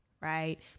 right